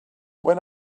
when